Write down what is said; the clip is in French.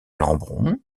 lembron